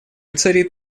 царит